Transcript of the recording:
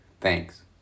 Thanks